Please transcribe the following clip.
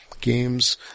games